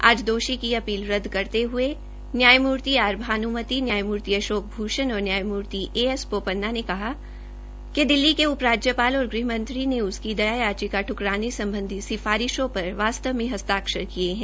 आज दोषी की अपील रद्द करते हुए नयायमूति आर भानूमति न्यायमूर्ति अशोक भूषण और न्यायमूर्ति ए एस बोपन्ना ने कहा कि दिल्ली के उप राज्यपाल और गृह मंत्री ने उसकी दया याचिका दुकराने संबंधी सिफारिश पर वास्तव में हस्ताक्षर किए हैं